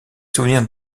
souvenirs